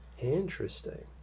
Interesting